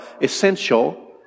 essential